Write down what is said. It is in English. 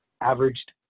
averaged